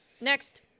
Next